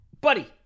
Buddy